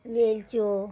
वेलच्यो